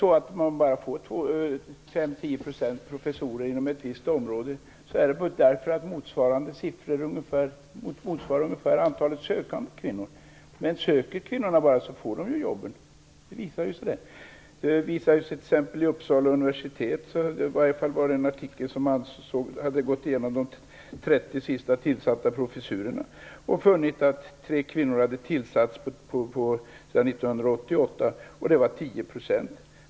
Om man bara får 5-10 % kvinnliga professorer inom ett visst område beror det på att siffran ungefärligen motsvarar antalet sökande kvinnor. Om kvinnorna bara söker så får de jobben. I en artikel hade man gått igenom de 30 senast tillsatta professurerna vid Uppsala universitet och funnit att 3 kvinnor hade tillsatts sedan 1988, dvs. 10 %.